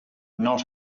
not